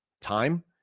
time